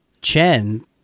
Chen